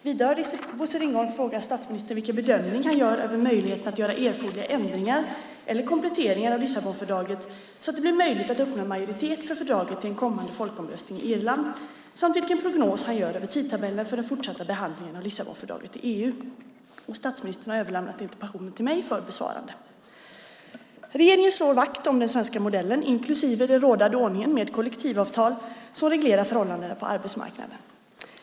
Vidare har Bosse Ringholm frågat statsministern vilken bedömning han gör över möjligheterna att göra erforderliga ändringar eller kompletteringar av Lissabonfördraget så att det blir möjligt att uppnå en majoritet för fördraget i en kommande folkomröstning i Irland samt vilken prognos han gör över tidtabellen för den fortsatta behandlingen av Lissabonfördraget i EU. Statsministern har överlämnat interpellationen till mig för besvarande. Regeringen slår vakt om den svenska modellen inklusive den rådande ordningen med kollektivavtal som reglerar förhållandena på arbetsmarknaden.